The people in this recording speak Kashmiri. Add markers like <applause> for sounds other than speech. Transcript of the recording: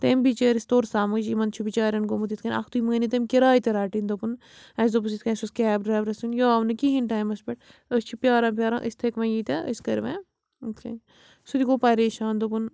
تٔمۍ بِچٲرِس توٚر سمٕج یِمَن چھُ بِچارٮ۪ن گوٚومُت یِتھ کَنۍ اَکھتُے مٲنۍ نہٕ تٔمۍ کِراے تہِ رَٹٕنۍ دوٚپُن اَسہِ دوٚپُس یِتھ کَنۍ اَسہِ اوس کیب ڈرٛایورَس یُن یہِ آو نہٕ کِہیٖنۍ ٹایمَس پٮ۪ٹھ أسۍ چھِ پیٛاران پیٛاران أسۍ تھٔکۍ وۄنۍ ییٖتیٛاہ أسۍ کٔرِ وۄنۍ <unintelligible> سُہ تہِ گوٚو پَریشان دوٚپُن